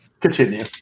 Continue